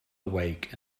awake